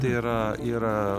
tai yra yra